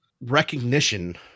recognition